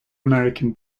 american